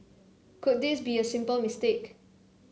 could this be a simple mistake